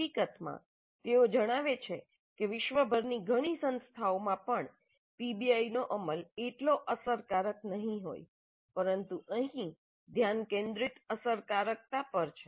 હકીકતમાં તેઓ જણાવે છે કે વિશ્વભરની ઘણી સંસ્થાઓમાં પણ પીબીઆઈનો અમલ એટલો અસરકારક નહીં હોય પરંતુ અહીં ધ્યાન કેન્દ્રિત અસરકારકતા પર છે